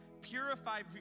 purify